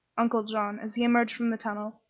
uncle john, as he emerged from the tunnel,